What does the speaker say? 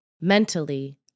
mentally